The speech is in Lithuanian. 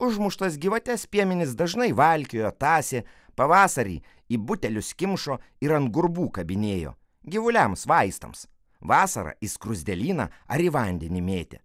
užmuštas gyvates piemenys dažnai valkiojo tąsė pavasarį į butelius kimšo ir ant gurbų kabinėjo gyvuliams vaistams vasarą į skruzdėlyną ar į vandenį mėtė